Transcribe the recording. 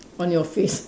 on your face